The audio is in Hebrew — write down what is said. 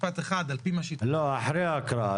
לא, אחרי ההקראה.